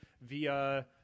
via